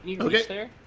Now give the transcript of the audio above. Okay